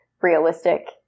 realistic